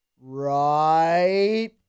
right